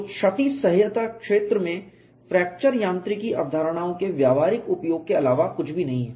तो क्षति सह्यता क्षेत्र में फ्रैक्चर यांत्रिकी अवधारणाओं के व्यावहारिक उपयोग के अलावा कुछ भी नहीं है